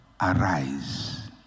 arise